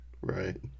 right